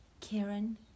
Karen